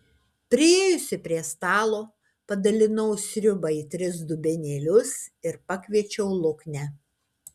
priėjusi prie stalo padalinau sriubą į tris dubenėlius ir pakviečiau luknę